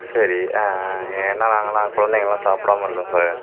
சரி ஏன்னால் நாங்கலாம் குழந்தைங்கயெல்லாம் சாப்பிடாம இருக்கோம் சார்